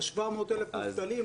ל-700,000 מובטלים,